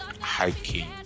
hiking